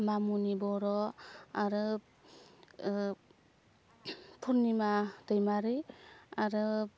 मामुनि बर' आरो फुर्निमा दैमारि आरो